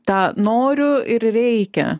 tą noriu ir reikia